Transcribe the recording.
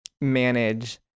manage